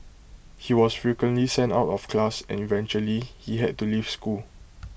he was frequently sent out of class and eventually he had to leave school